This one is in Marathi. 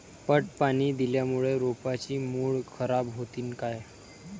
पट पाणी दिल्यामूळे रोपाची मुळ खराब होतीन काय?